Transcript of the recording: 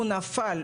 הוא נפל,